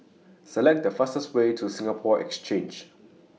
Select The fastest Way to Singapore Exchange